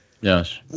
Yes